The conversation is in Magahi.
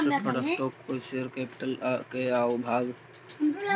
प्रेफर्ड स्टॉक कोई शेयर कैपिटल के ऊ भाग हइ जे कॉमन स्टॉक के द्वारा निर्देशित न कैल जा हइ